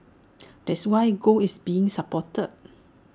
that's why gold is being supported